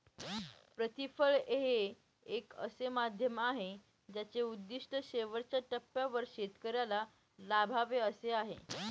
प्रतिफळ हे एक असे माध्यम आहे ज्याचे उद्दिष्ट शेवटच्या टप्प्यावर शेतकऱ्याला लाभावे असे आहे